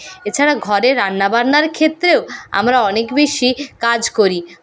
এছাড়া ঘরে রান্নাবান্নার ক্ষেত্রেও আমরা অনেক বেশি কাজ করি